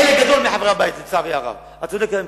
לא כולם, חלק גדול מחברי הבית, לצערי הרב.